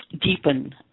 deepen